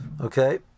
Okay